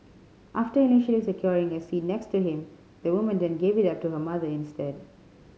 after initially securing a seat next to him the woman then gave it up to her mother instead